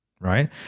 right